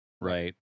right